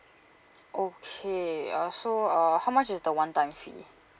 okay uh so uh how much is the one time fee